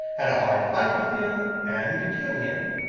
had a hard fight with him, and killed him.